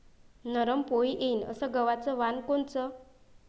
नरम पोळी येईन अस गवाचं वान कोनचं?